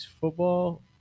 football